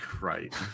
right